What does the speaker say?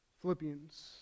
Philippians